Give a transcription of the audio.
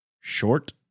short